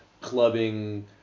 clubbing